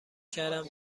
کردم